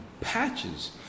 Patches